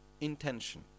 intention